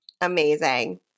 Amazing